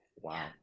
wow